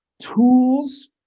Tools